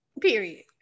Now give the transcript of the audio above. Period